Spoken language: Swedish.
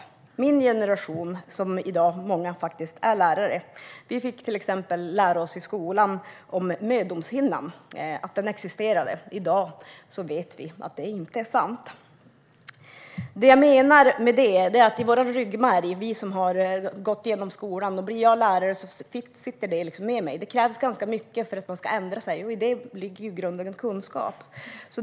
Vi i min generation - där många i dag faktiskt är lärare - fick till exempel lära oss i skolan att mödomshinnan existerade. I dag vet vi att det inte är sant. Vad jag menar är att det vi lär oss i skolan sitter i ryggmärgen, och blir jag lärare följer den kunskapen med mig. Det krävs ganska mycket för att man ska ändra sig, och i det ligger i grunden kunskap.